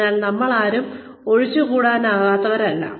അതിനാൽ നമ്മളാരും ഒഴിച്ചുകൂടാനാവാത്തവരല്ല